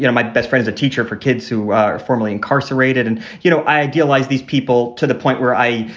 you know my best friend is a teacher for kids who are formerly incarcerated. and, you know, i i idolize these people to the point where i,